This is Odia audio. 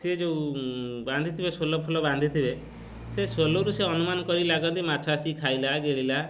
ସିଏ ଯୋଉ ବାନ୍ଧିଥିବେ ସୋଲ ଫୋଲ ବାନ୍ଧିଥିବେ ସେ ସୋଲରୁ ସେ ଅନୁମାନ କରି ଲାଗନ୍ତି ମାଛ ଆସି ଖାଇଲା ଗିଳିଲା